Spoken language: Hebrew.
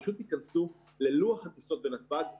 פשוט תיכנסו ללוח הטיסות בנתב"ג הבוקר.